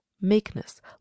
meekness